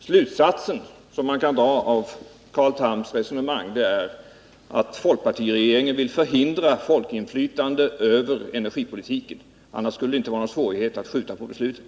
Slutsatsen av Carl Thams resonemang blir att folkpartiregeringen vill hindra ett folkinflytande över energipolitiken. Annars skulle det inte vara någon svårighet att skjuta på beslutet.